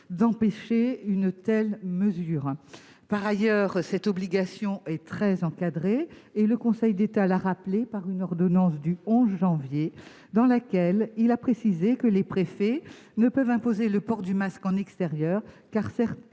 d'empêcher une telle mesure. Par ailleurs, cette obligation est très encadrée. Le Conseil d'État a précisé, dans une ordonnance du 11 janvier dernier, que les préfets ne peuvent imposer le port du masque en extérieur qu'à certaines